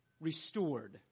restored